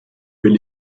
will